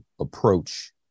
approach